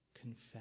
confess